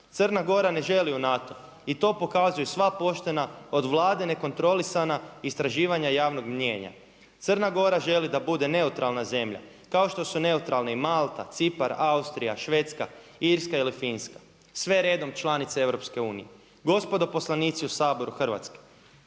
Crna Gora ne želi u NATO i to pokazuju sva poštena od vlade nekontrolisana istraživanja javnog mijenja. Crna Gora želi da bude neutralna zemlja kao što su neutralne i Malta, Cipar, Austrija, Švedska, Irska ili Finska sve redom članice EU. Gospodo poslanici u Saboru Hrvatske